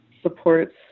supports